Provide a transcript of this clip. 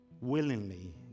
Willingly